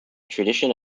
tradition